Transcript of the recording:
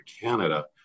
Canada